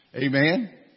Amen